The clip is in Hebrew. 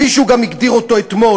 כפי שהוא גם הגדיר אותו אתמול,